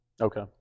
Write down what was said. okay